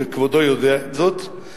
וכבודו יודע זאת,